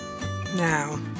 Now